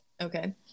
Okay